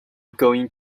going